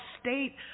state